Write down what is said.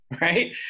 right